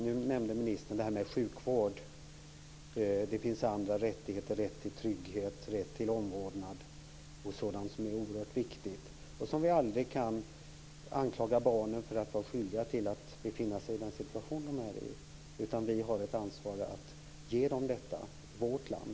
Nu nämnde ministern sjukvård, och det finns andra rättigheter, t.ex. rätt till trygghet, rätt till omvårdnad och sådant som är oerhört viktigt. Vi kan aldrig anklaga barnen för att vara skyldiga till att de befinner sig i den situation som de är i, utan vi har ett ansvar att ge dem detta i vårt land.